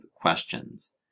questions